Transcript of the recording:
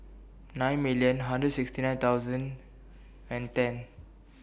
nine million hundred sixty nine thousand and ten